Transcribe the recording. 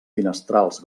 finestrals